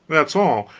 that's all,